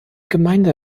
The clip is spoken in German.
gemeinde